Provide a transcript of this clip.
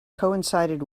coincided